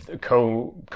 co